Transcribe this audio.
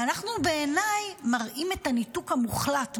ואנחנו בעיני מראים את הניתוק המוחלט,